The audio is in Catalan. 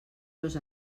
dos